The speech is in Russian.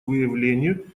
выявлению